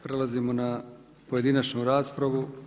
Prelazimo na pojedinačnu raspravu.